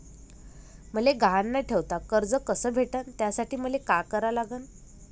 मले गहान न ठेवता कर्ज कस भेटन त्यासाठी मले का करा लागन?